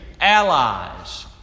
allies